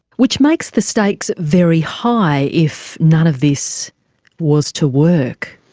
which makes the stakes very high if none of this was to work.